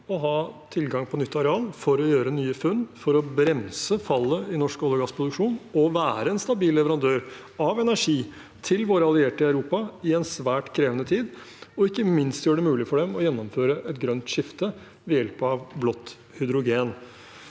å ha tilgang på nytt areal for å gjøre nye funn, for å bremse fallet i norsk olje- og gassproduksjon og være en stabil leverandør av energi til våre allierte i Europa i en svært krevende tid, og ikke minst gjøre det mulig for dem å gjennomføre et grønt skifte ved hjelp av blått hydrogen.